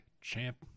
champ